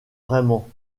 vraiment